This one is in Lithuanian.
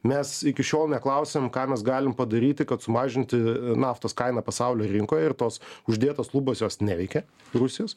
mes iki šiol neklausiam ką mes galim padaryti kad sumažinti naftos kainą pasaulio rinkoje ir tos uždėtos lubos jos neveikia rusijos